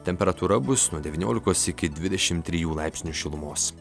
temperatūra bus nuo devyniolikos iki dvidešim trijų laipsnių šilumos